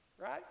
Right